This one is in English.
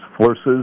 forces